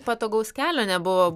patogaus kelio nebuvo